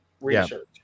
research